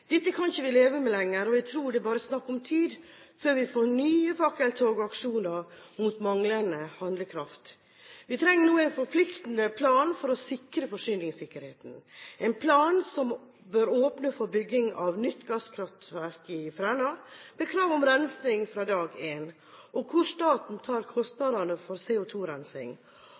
Dette kan vi ikke leve med lenger, og jeg tror det bare er snakk om tid før vi får nye fakkeltog og aksjoner mot manglende handlekraft. Vi trenger nå en forpliktende plan for å sikre forsyningssikkerheten – en plan som bør åpne for bygging av nytt gasskraftverk i Fræna med krav om rensing fra dag én, og hvor staten tar kostnadene